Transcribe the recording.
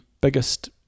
biggest